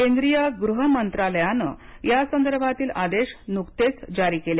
केंद्रिय गृहमंत्रालयानं यासंदर्भातील आदेश नुकतेच जारी केले